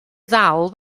ddal